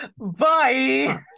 bye